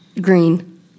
Green